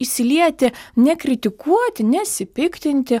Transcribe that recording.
išsilieti nekritikuoti nesipiktinti